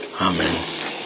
Amen